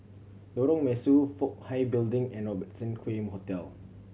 Lorong Mesu Fook Hai Building and Robertson Quay Hotel